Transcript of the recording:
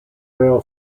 rail